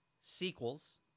sequels